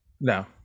No